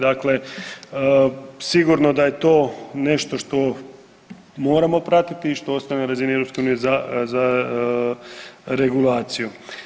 Dakle, sigurno da je to nešto što moramo pratiti i što ostaje na razini EU za, za regulaciju.